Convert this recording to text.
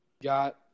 got